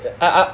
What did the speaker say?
I I